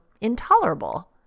intolerable